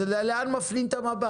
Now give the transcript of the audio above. אז השאלה היא לאן מפנים את המבט.